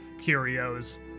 curios